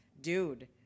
Dude